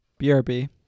BRB